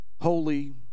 holy